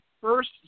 first